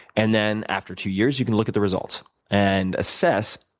and then after two years, you can look at the results and assess,